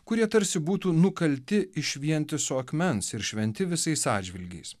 kurie tarsi būtų nukalti iš vientiso akmens ir šventi visais atžvilgiais